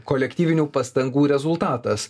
kolektyvinių pastangų rezultatas